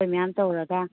ꯑꯩꯈꯣꯏ ꯃꯌꯥꯝ ꯇꯧꯔꯒ